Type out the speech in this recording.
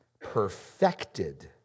perfected